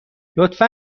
لطفا